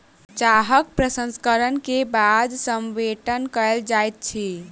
चाहक प्रसंस्करण के बाद संवेष्टन कयल जाइत अछि